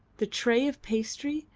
the tray of pastry,